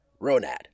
Ronad